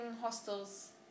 hostels